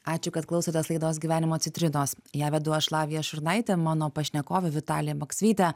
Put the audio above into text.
ačiū kad klausotės laidos gyvenimo citrinos ją vedu aš lavija šurnaitė mano pašnekovė vitalija maksvytė